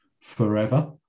forever